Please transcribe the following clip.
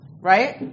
Right